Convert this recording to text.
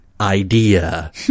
idea